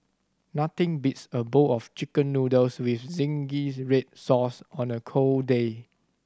nothing beats a bowl of Chicken Noodles with zingy red sauce on a cold day